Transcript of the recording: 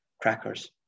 crackers